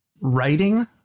writing